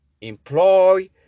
Employ